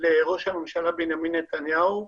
לראש הממשלה בנימין נתניהו,